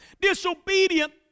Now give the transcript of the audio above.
disobedient